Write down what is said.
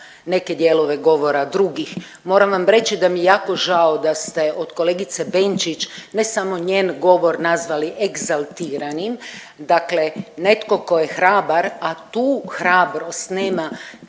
neke dijelove govora drugih. Moram vam reći da mi je jako žao da ste od kolegice Benčić ne samo njen govor nazvali egzaltiranim, dakle netko tko je hrabar, a tu hrabrost nemate